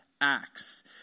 Acts